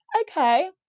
okay